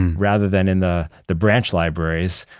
and rather than in the the branch libraries,